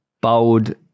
bold